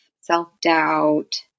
self-doubt